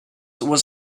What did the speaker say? was